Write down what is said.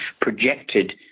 projected